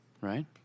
right